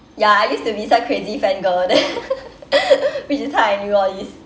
ya I used to be some crazy fangirl then which is how I knew all this